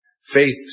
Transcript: Faith